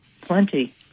Plenty